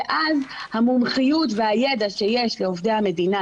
ואז המומחיות והידע שיש לעובדי המדינה,